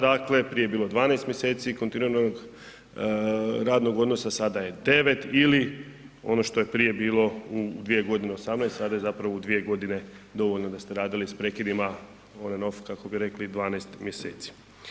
Dakle, prije je bilo 12 mjeseci kontinuiranog radnog odnosa, a sada je 9 ili ono što je prije bilo u 2 godine 18 sada je zapravo u 2 godine dovoljno da ste radili s prekidima …/nerazumljivo/… kako bi rekli 12 mjeseci.